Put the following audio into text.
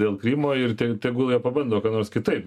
dėl krymo ir te tegul jie pabando ką nors kitaip